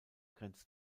grenzt